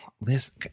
listen